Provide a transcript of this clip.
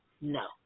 No